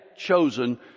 chosen